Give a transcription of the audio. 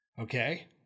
Okay